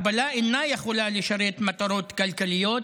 ההגבלה אינה יכולה לשרת מטרות כלכליות